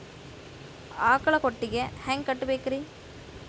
ಆಕಳ ಕೊಟ್ಟಿಗಿ ಹ್ಯಾಂಗ್ ಕಟ್ಟಬೇಕ್ರಿ?